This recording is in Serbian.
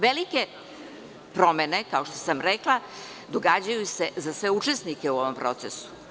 Velike promene, kao što sam rekla, događaju se za sve učesnike u ovom procesu.